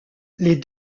les